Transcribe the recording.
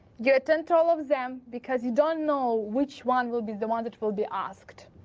you attempt to all of them, because you don't know which one will be the one that will be asked,